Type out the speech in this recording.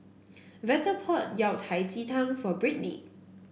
Veta bought Yao Cai Ji Tang for Brittney